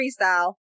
Freestyle